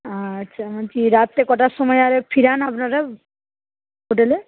আচ্ছা বলছি রাত্রে কটার সময় আর এ ফেরান আপনারা হোটেলে